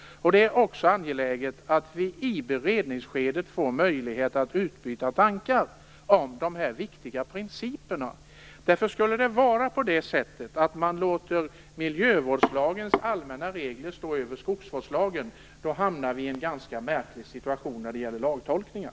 Det är också angeläget att vi i beredningsskedet får möjlighet att utbyta tankar om de viktiga principerna. Om man låter miljövårdslagens allmänna regler stå över skogsvårdslagen, uppstår en ganska märklig situation när det gäller lagtolkningen.